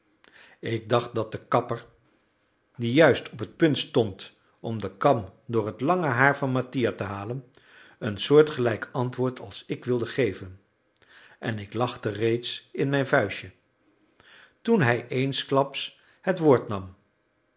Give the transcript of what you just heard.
ik dacht dat de kapper die juist op het punt stond om de kam door het lange haar van mattia te halen een soortgelijk antwoord als ik wilde geven en ik lachte reeds in mijn vuistje toen hij eensklaps het woord nam